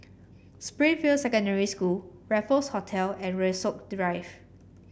Springfield Secondary School Raffles Hotel and Rasok Drive